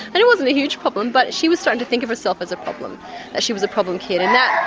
and it wasn't a huge problem, but she was starting to think of herself as a problem, that she was a problem kid and that, oh,